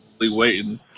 waiting